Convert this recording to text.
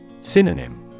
Synonym